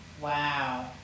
Wow